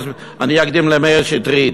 אני אקדים למאיר שטרית.